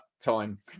time